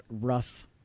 rough